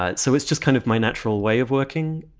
ah so it's just kind of my natural way of working.